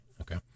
Okay